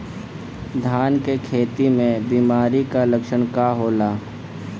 धान के खेती में बिमारी का लक्षण का होला?